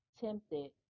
tempted